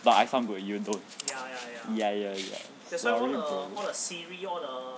but I sound good you don't ya ya sorry bro